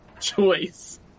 choice